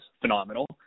phenomenal